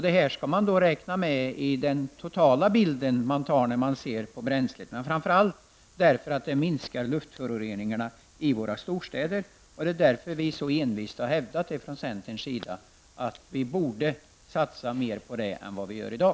Det skall man då räkna med i den totala bilden av det bränsle som förbrukas. Men framför allt gäller att etanolanvändning kan leda till minskad luftförorening i våra storstäder. Det är därför vi så envist har hävdat från centerns sida att det borde satsas mer på etanol än vad som sker i dag.